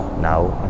now